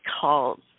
calls